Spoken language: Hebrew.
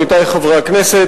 עמיתי חברי הכנסת,